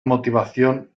motivación